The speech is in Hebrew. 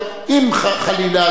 חלילה,